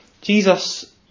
jesus